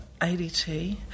ADT